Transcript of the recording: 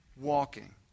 walking